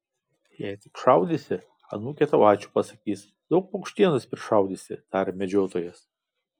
jei taip šaudysi anūkė tau ačiū pasakys daug paukštienos prišaudysi tarė medžiotojas